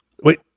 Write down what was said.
wait